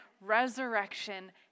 resurrection